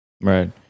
Right